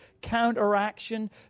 counteraction